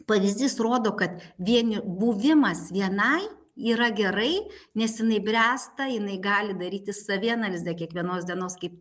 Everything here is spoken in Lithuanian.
pavyzdys rodo kad vien buvimas vienai yra gerai nes jinai bręsta jinai gali daryti savianalizę kiekvienos dienos kaip